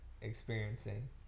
experiencing